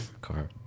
car